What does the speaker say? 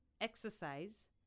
exercise